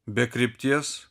be krypties